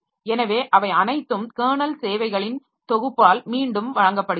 எனவே அவை அனைத்தும் கெர்னல் சேவைகளின் தொகுப்பால் மீண்டும் வழங்கப்படுகின்றன